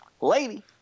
Lady